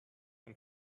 and